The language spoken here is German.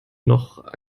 noch